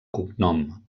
cognom